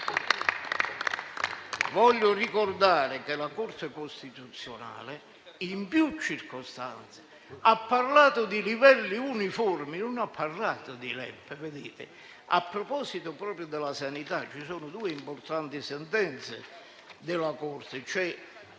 voglio ricordare che la Corte costituzionale in più circostanze ha parlato di livelli uniformi, non di LEP. A proposito proprio della sanità, ci sono due importanti sentenze della Corte,